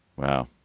wow.